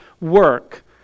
work